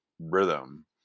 rhythm